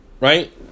Right